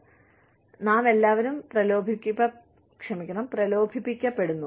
അതിനാൽ നാമെല്ലാവരും പ്രലോഭിപ്പിക്കപ്പെടുന്നു